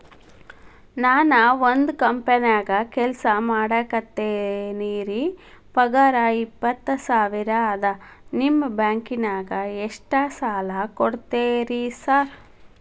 ನಾನ ಒಂದ್ ಕಂಪನ್ಯಾಗ ಕೆಲ್ಸ ಮಾಡಾಕತೇನಿರಿ ಪಗಾರ ಇಪ್ಪತ್ತ ಸಾವಿರ ಅದಾ ನಿಮ್ಮ ಬ್ಯಾಂಕಿನಾಗ ಎಷ್ಟ ಸಾಲ ಕೊಡ್ತೇರಿ ಸಾರ್?